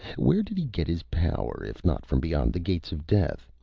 where did he get his power, if not from beyond the gates of death?